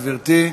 גברתי.